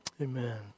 Amen